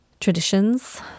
traditions